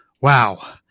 wow